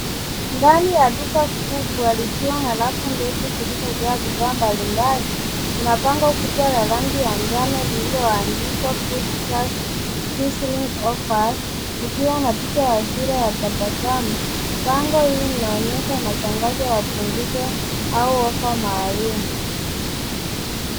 Ndani ya duka kubwa likiwa na rafu ndefu zilizojaa bidhaa mbalimbali, kuna bango kubwa la rangi ya njano, lililoandikwa foodplus sizzling offers likiwa na picha ya sura ya tabasamu. Bango hili linaonyesha matangazo ya punguzo au ofa maalum.